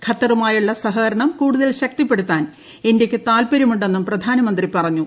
ഖത്തറുമായുള്ള സഹകരണം കൂടുതൽ ശക്തിപ്പെടുത്താൻ ഇന്ത്യയ്ക്ക് തത്പര്യമുണ്ടെന്നും പ്രധാനമന്ത്രി പറഞ്ഞു